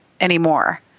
anymore